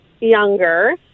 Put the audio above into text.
younger